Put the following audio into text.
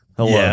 Hello